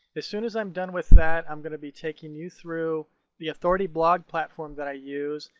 as soon as i'm done with that i'm going to be taking you through the authority blog platform that i use.